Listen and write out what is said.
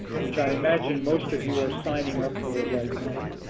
which i imagine most of you are signing up for right now.